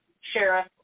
sheriff